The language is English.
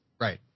Right